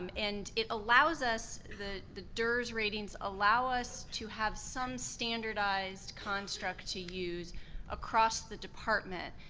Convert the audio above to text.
um and it allows us, the the ders ratings allow us to have some standardized construct to use across the department.